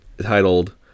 titled